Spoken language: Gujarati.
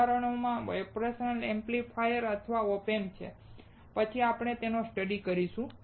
ઉદાહરણો ઓપરેશનલ એમ્પ્લીફાયર્સ અથવા op amps છે અને તે પછીથી આપણે સ્ટડી કરીશું